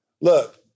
Look